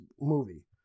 movie